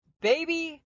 baby